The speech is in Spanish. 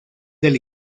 del